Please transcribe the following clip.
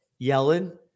Yellen